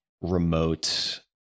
remote